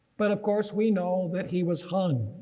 but of course we know that he was hung.